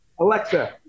Alexa